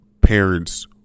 parents